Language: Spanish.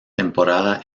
temporada